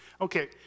Okay